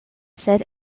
sed